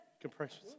compressions